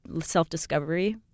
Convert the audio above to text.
self-discovery